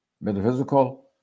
metaphysical